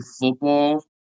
football